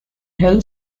hill